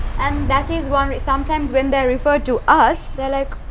and that is why, sometimes when they're referred to us. they're like.